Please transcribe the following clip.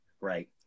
right